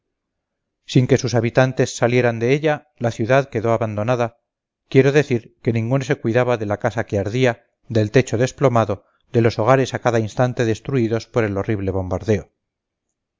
sin que sus habitantes salieran de ella la ciudad quedó abandonada quiero decir que ninguno se cuidaba de la casa que ardía del techo desplomado de los hogares a cada instante destruidos por el horrible bombardeo